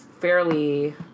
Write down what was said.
fairly